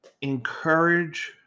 encourage